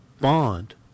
bond